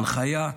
הנחיה,